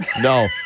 no